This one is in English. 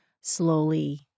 slowly